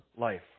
life